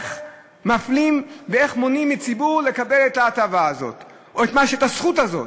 לראות איך מפלים ואיך מונעים מציבור לקבל את ההטבה הזו או את הזכות הזו.